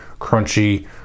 crunchy